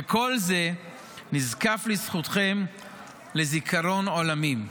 וכל זה נזקף לזכותכם לזיכרון עולמים.